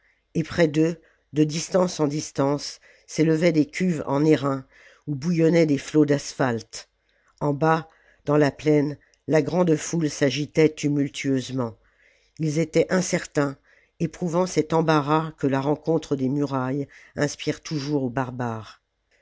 et près d'eux de distance en distance s'élevaient des cuves en airain où bouillonnaient des flots d'asphalte en bas dans la plaine la grande foule s'agitait tumultueusement ils étaient mcertains éprouvant cet embarras que la rencontre des murailles inspire toujours aux barbares